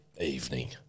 evening